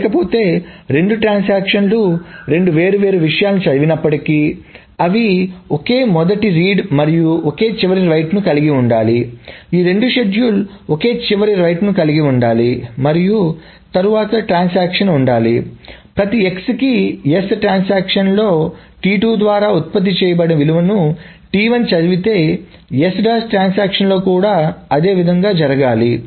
లేకపోతే రెండు ట్రాన్సాక్షన్లు రెండు వేర్వేరు విషయాలను చదివినప్పటికీ అవి ఒకే మొదటి రీడ్ మరియు ఒకే చివరి రైట్ ను కలిగి ఉండాలి ఈ రెండు షెడ్యూల్స్ ఒకే చివరి రైట్ కలిగి ఉండాలి మరియు తరువాత ట్రాన్సాక్షన్ ఉండాలి చూడవలసిన సమయం 0300 ప్రతి x కి S ట్రాన్సాక్షన్ లో ద్వారా ఉత్పత్తి చేయబడిన విలువలను చదివితే S డాష్ ట్రాన్సాక్షన్లో కూడా అదే విధంగా జరగాలి